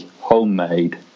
homemade